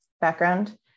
background